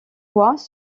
voies